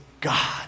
God